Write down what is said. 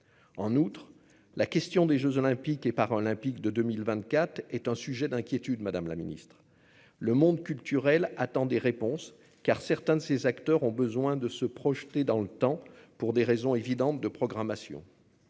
en outre la question des Jeux olympiques et par olympique de 2000, vingt-quatre est un sujet d'inquiétude, madame la Ministre le monde culturel attend des réponses car certains de ces acteurs ont besoin de se projeter dans le temps, pour des raisons évidentes de programmation